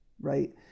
Right